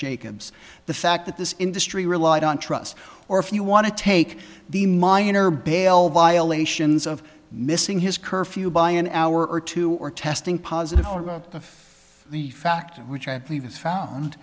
jacobs the fact that this industry relied on trust or if you want to take the minor bail violations of missing his curfew by an hour or two or testing positive of the fact which i believe is found